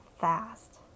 fast